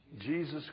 Jesus